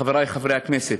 חברי חברי הכנסת,